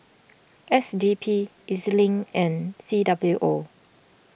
S D P Ez Link and C W O